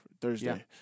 Thursday